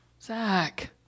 Zach